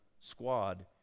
squad